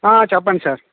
చెప్పండి సార్